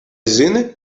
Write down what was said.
zini